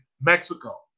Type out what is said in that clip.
Mexico